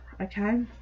okay